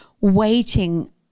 waiting